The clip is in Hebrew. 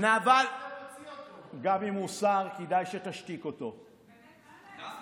הוא הסביר לך